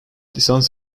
lisans